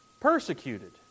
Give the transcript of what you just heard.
persecuted